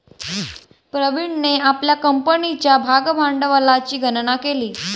प्रवीणने आपल्या कंपनीच्या भागभांडवलाची गणना केली